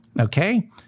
Okay